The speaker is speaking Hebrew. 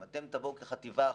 אם אתם תבואו כחטיבה אחת,